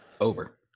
Over